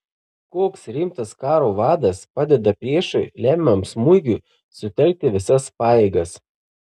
koks rimtas karo vadas padeda priešui lemiamam smūgiui sutelkti visas pajėgas